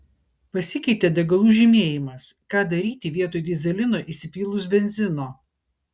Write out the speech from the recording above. pasikeitė degalų žymėjimas ką daryti vietoj dyzelino įsipylus benzino